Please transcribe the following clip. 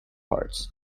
parts